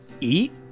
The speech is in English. eat